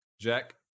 Jack